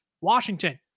Washington